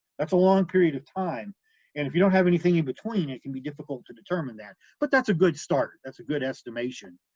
that's a long period of time and if you don't have anything in between, it can be difficult to determine that, but that's a good start, that's a good estimation.